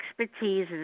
expertise